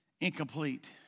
Incomplete